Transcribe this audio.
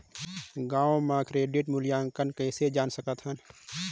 गांव म क्रेडिट मूल्यांकन कइसे जान सकथव?